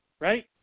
right